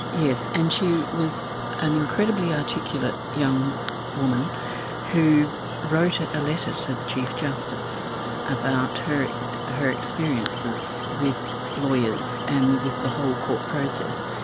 yes, and she was an incredibly articulate young woman who wrote ah a letter to the chief justice about her her experiences with lawyers and with the whole court process.